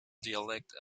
dialect